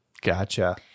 Gotcha